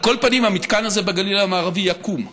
על כל פנים, המתקן הזה בגליל המערבי יקום,